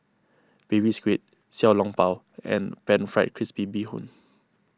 Baby Squid Xiao Long Bao and Pan Fried Crispy Bee Hoon